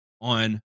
on